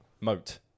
moat